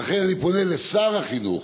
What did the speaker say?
ולכן, אני פונה לשר החינוך